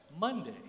Monday